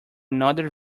another